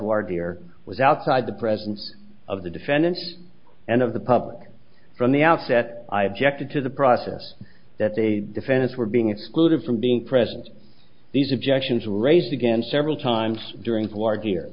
word here was outside the presence of the defendants and of the public from the outset i objected to the process that they defendants were being excluded from being present these objections raised again several times during